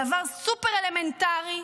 דבר סופר-אלמנטרי,